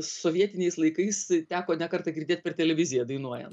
sovietiniais laikais teko ne kartą girdėt per televiziją dainuojant